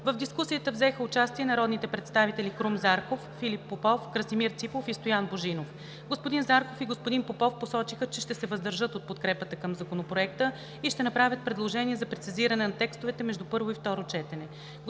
В дискусията взеха участие народните представители Крум Зарков, Филип Попов, Красимир Ципов и Стоян Божинов. Господин Зарков и господин Попов посочиха, че ще се въздържат от подкрепа на Законопроекта и ще направят предложение за прецизиране на текстовете между първо и второ четене.